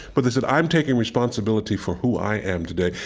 but they said, i'm taking responsibility for who i am today,